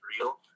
real